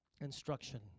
instruction